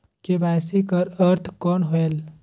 KYC कर अर्थ कौन होएल?